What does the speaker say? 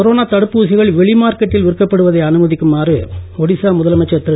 corona தடுப்பூசிகள் வெளி மார்க்கெட்டில் விற்கப்படுவதை அனுமதிக்குமாறு ஒடிசா முதலமைச்சர் திரு